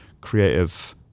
creative